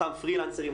אותם פרי-לנסרים,